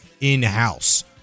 in-house